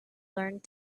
learned